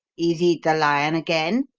is it the lion again?